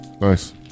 Nice